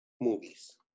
movies